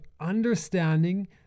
understanding